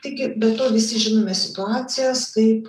taigi be to visi žinome situacijas kaip